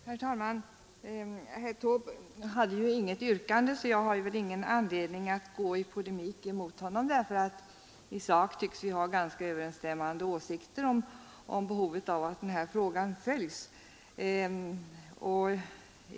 Herr talman! Herr Taube hade ju inget yrkande så jag har ingen anledning att gå i polemik. I sak tycks vi ha ganska överensstämmande åsikter om behovet av att den här frågan följs.